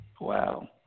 Wow